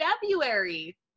February